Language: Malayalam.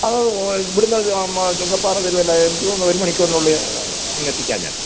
അത് ഇവിടെ നിന്ന് ഒരു നമ്മൾ ചുങ്കപ്പാറ തിരുവല്ലയാണ് എനിക്ക് തോന്നുന്നു ഒരു മണിക്കൂറിനുള്ളില് അങ്ങെത്തിക്കാം ഞാന്